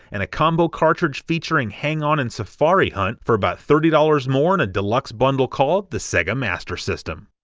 and a combo cartridge featuring hang-on and safari hunt for about thirty dollars more in a deluxe bundle called the sega master system.